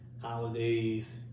holidays